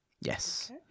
Yes